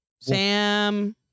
Sam